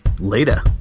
Later